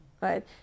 right